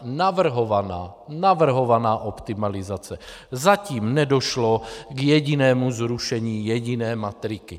Navrhovaná navrhovaná optimalizace, zatím nedošlo k jedinému zrušení jediné matriky.